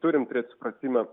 turim turėt supratimą